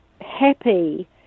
happy